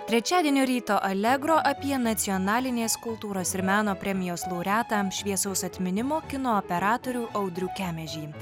trečiadienio ryto allegro apie nacionalinės kultūros ir meno premijos laureatą šviesaus atminimo kino operatorių audrių kemežį